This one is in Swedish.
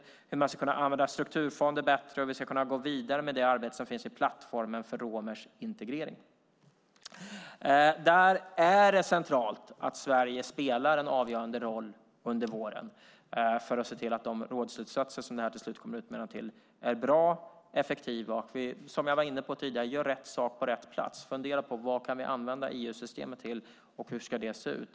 Det handlar om hur man ska kunna använda strukturfonder bättre och hur vi ska kunna gå vidare med plattformen för romers integrering. Där är det centralt att Sverige spelar en avgörande roll under våren för att se till att de rådslutsatser som detta slutligen kommer att utmynna i är bra och effektiva. Som jag var inne på gäller det att vi gör rätt saker på rätt plats. Vi ska fundera på: Vad kan vi använda EU-systemet till, och hur ska det se ut?